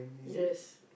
yes